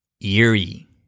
Eerie